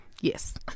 Yes